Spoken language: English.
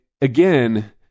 again